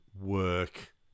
work